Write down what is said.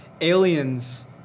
Aliens